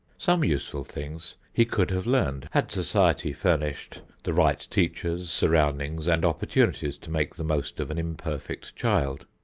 some useful things he could have learned had society furnished the right teachers, surroundings and opportunities to make the most of an imperfect child.